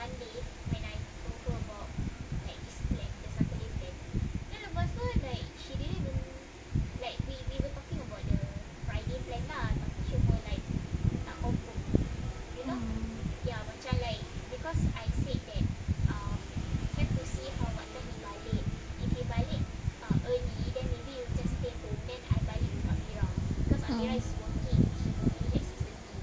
ah